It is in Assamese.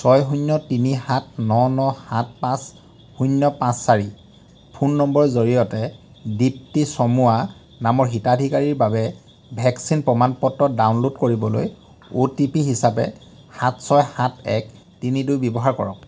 ছয় শূণ্য তিনি সাত ন ন সাত পাঁচ শূণ্য পাঁচ চাৰি ফোন নম্বৰৰ জৰিয়তে দীপ্তি চমুৱা নামৰ হিতাধিকাৰীৰ বাবে ভেকচিন প্ৰমাণ পত্ৰ ডাউনলোড কৰিবলৈ অ'টিপি হিচাপে সাত ছয় সাত এক তিনি দুই ব্যৱহাৰ কৰক